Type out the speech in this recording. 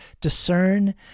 discern